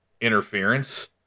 interference